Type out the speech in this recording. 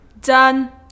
Done